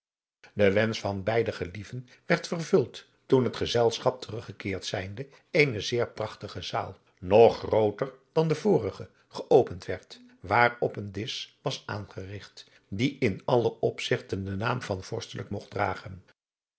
de wensch van beide gelieven werd vervuld toen het gezelschap teruggekeerd zijnde eene zeer prachtige zaal nog grooter dan de vorige geopend werd waar op een disch was aangerigt die in alle opzigten den naam van vorstelijk mogt dragen